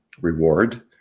reward